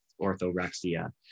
orthorexia